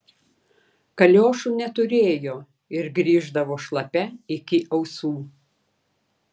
kaliošų neturėjo ir grįždavo šlapia iki ausų